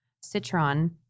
citron